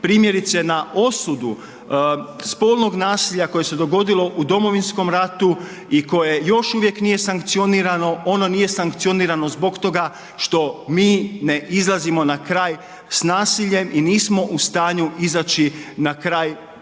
primjerice na osudu spolnog nasilja koje se dogodilo u Domovinskom ratu i koje još uvijek nije sankcionirano, ono nije sankcionirano zbog toga što mi ne izlazimo na kraj s nasiljem i nismo u stanju izaći na kraj